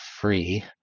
free